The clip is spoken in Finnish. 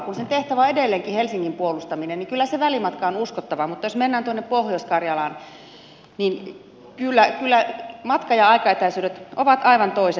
kun sen tehtävä on edelleenkin helsingin puolustaminen niin kyllä se välimatka on uskottava mutta jos mennään tuonne pohjois karjalaan niin kyllä matka ja aikaetäisyydet ovat aivan toiset